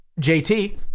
JT